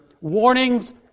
warnings